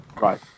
right